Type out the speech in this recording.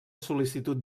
sol·licitud